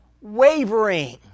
wavering